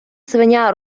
свиня